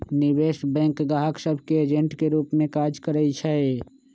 निवेश बैंक गाहक सभ के एजेंट के रूप में काज करइ छै